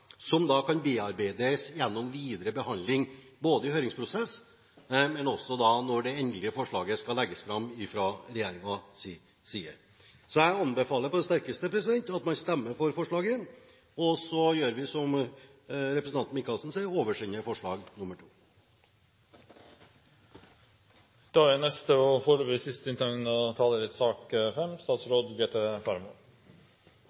kan bearbeides gjennom videre behandling både i høringsprosesser og når det endelige forslaget skal legges fram fra regjeringens side. Jeg anbefaler på det sterkeste at man stemmer for forslaget, og så gjør vi som representanten Michaelsen sier, og oversender forslag